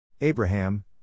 Abraham